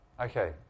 Okay